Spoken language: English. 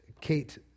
Kate